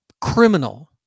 criminal